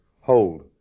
hold